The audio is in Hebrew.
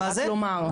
רק לומר.